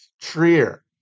Trier